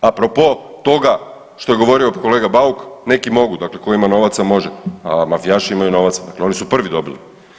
Apropo toga što je govorio kolega Bauk, neki mogu dakle tko ima novaca može, a mafijaši imaju novaca, dakle oni su prvi dobili.